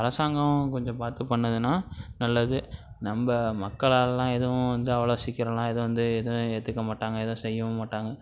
அரசாங்கம் கொஞ்சம் பார்த்து பண்ணுதுன்னா நல்லது நம்ப மக்களாலலாம் எதுவும் வந்து அவ்வளோ சீக்கிரல்லாம் எதுவும் வந்து எதுவும் ஏற்றுக்க மாட்டாங்க எதுவும் செய்யவும் மாட்டாங்க